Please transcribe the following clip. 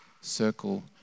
circle